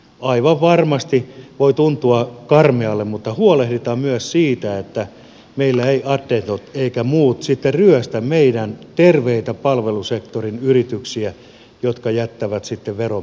aivan varmasti voi tuntua karmealta mutta huolehditaan myös siitä että meillä eivät attendot eivätkä muut sitten ryöstä meidän terveitä palvelusektorin yrityksiä nämä jotka jättävät sitten verot maksamatta tähän maahan